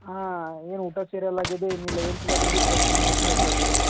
ಹಾಂ ಏನೂ ಊಟ ಸೇರಾಲಾಗಿದೆ ಏನಿಲ್ಲ ಏನು ತಿನ್ನಲಾತಿದ್ದರೂ ಕಹಿ ಕಹಿಯೇ ಕಹಿ ಆಗ್ಲಾಕತ್ತಾದ